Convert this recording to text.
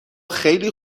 خیلی